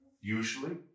usually